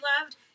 loved